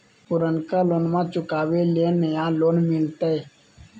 पुर्नका लोनमा चुकाबे ले नया लोन मिलते?